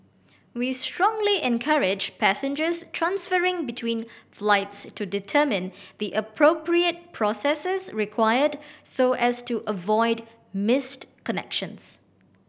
we strongly encourage passengers transferring between flights to determine the appropriate processes required so as to avoid missed connections